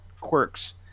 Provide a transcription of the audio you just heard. quirks